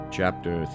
Chapter